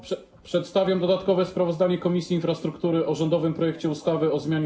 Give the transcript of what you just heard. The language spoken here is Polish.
Przedstawiam dodatkowe sprawozdanie Komisji Infrastruktury o rządowym projekcie ustawy o zmianie